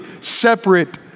separate